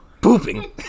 Pooping